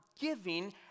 giving